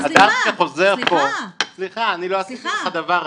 אדם שחוזר פה --- סליחה, סליחה.